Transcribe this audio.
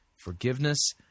forgiveness